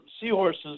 seahorses